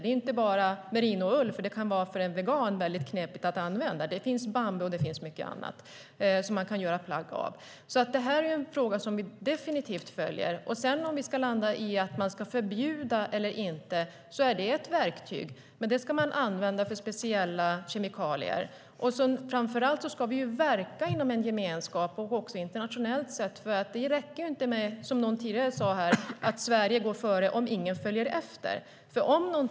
Det är inte bara merinoull, som kan vara knepigt att använda för en vegan. Det finns bambu och annat som man kan göra plagg av. Det här är en fråga som vi följer. Det kan landa i att man ska förbjuda, vilket är ett verktyg. Men det ska man använda för speciella kemikalier. Vi ska framför allt verka inom en gemenskap och internationellt. Det räcker inte med att Sverige går före om ingen följer efter, som någon sade tidigare.